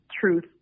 truth